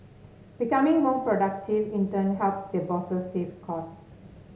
becoming more productive in turn helps their bosses save cost